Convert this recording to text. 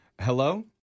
Hello